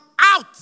out